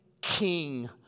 king